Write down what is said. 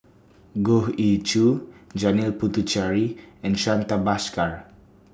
Goh Ee Choo Janil Puthucheary and Santha Bhaskar